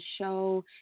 show